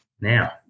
now